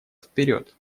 вперед